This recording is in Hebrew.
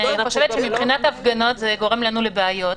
אני חושבת שמבחינת הפגנות זה גורם לנו לבעיות.